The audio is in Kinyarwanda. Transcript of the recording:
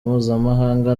mpuzamahanga